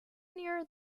near